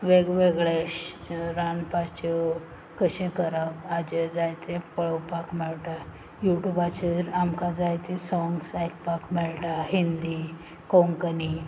वेगवेगळे श रानपाच्यो कशें करप हाजेर जायतें पळोवपाक मेळटा युट्यूबाचेर आमकां जायतीं सॉंग्स आयकपाक मेळटा हिंदी कोंकणी